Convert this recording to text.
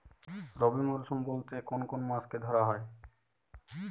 রবি মরশুম বলতে কোন কোন মাসকে ধরা হয়?